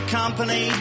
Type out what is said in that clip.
company